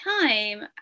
time